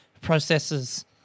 processes